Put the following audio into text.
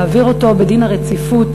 להעביר אותו בדין הרציפות,